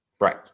Right